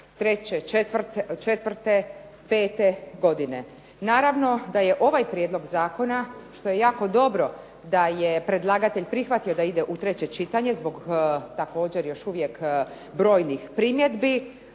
pete godine. Naravno da je ovaj prijedlog zakona, što je jako dobro da je predlagatelj prihvatio da ide u treće čitanje zbog također još uvijek brojnih primjedbi,